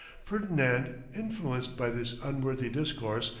ferdinand, influenced by this unworthy discourse,